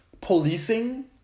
policing